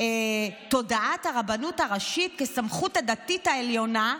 תודעת הרבנות הראשית כסמכות הדתית העליונה,